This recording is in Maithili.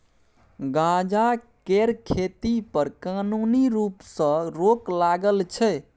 गांजा केर खेती पर कानुनी रुप सँ रोक लागल छै